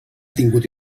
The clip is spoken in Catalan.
tingut